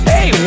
Hey